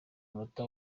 munota